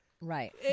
Right